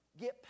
get